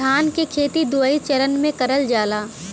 धान के खेती दुई चरन मे करल जाला